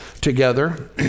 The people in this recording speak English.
together